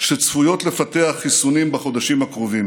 שצפויות לפתח חיסונים בחודשים הקרובים.